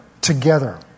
together